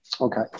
Okay